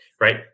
right